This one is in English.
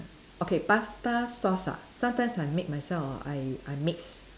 okay pasta sauce ah sometimes I make myself or I I mix